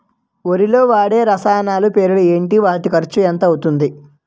వరిలో వాడే రసాయనాలు పేర్లు ఏంటి? వాటి ఖర్చు ఎంత అవతుంది?